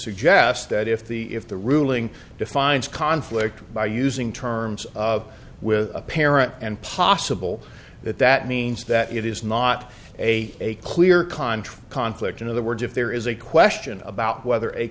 suggest that if the if the ruling defines conflict by using terms of with a parent and possible that that means that it is not a a clear contra conflict in other words if there is a question about whether a